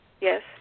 Yes